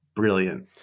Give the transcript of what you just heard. brilliant